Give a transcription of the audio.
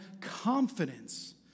confidence